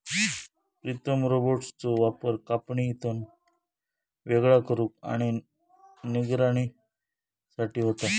प्रीतम रोबोट्सचो वापर कापणी, तण वेगळा करुक आणि निगराणी साठी होता